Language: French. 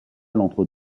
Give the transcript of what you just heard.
entre